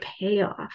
payoff